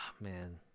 man